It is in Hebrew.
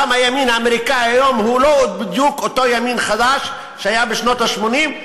גם הימין האמריקני היום הוא לא בדיוק אותו ימין חדש שהיה בשנות ה-80,